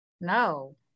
No